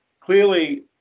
clearly